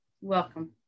welcome